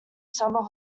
summer